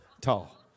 Tall